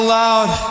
loud